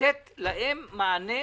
לתת להם מענה.